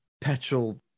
petrol